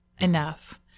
enough